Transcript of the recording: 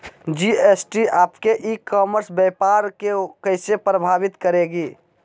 GST आपके e commerce व्यापार को कैसे प्रभावित करेगी?